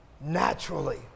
naturally